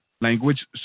language